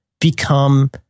become